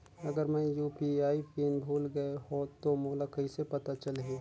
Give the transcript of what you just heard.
अगर मैं UPI PIN भुल गये हो तो मोला कइसे पता चलही?